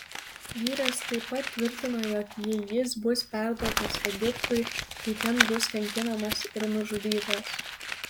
vyras taip pat tvirtino jog jei jis bus perduotas egiptui tai ten bus kankinamas ir nužudytas